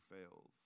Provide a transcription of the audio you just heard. fails